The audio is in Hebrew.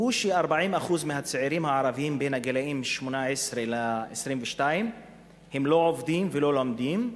ש-40% מהצעירים הערבים בין הגילים 18 ו-22 לא עובדים ולא לומדים.